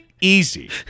easy